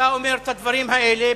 אתה אומר את הדברים האלה.